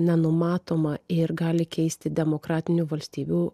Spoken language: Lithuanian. nenumatoma ir gali keisti demokratinių valstybių